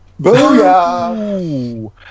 Booyah